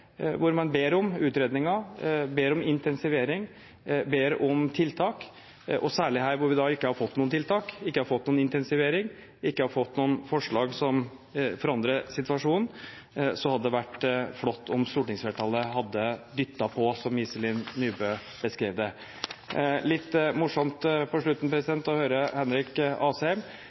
hvor man ber om utredninger, ber om intensivering, ber om tiltak. Og særlig her, hvor vi ikke har fått noen tiltak, ikke har fått noen intensivering, ikke har fått noen forslag som forandrer situasjonen, hadde det vært flott om stortingsflertallet hadde dyttet på, som Iselin Nybø beskrev det. Det var litt morsomt på slutten å høre Henrik Asheim